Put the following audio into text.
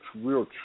real